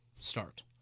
start